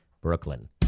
Brooklyn